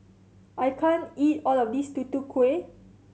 I can't eat all of this Tutu Kueh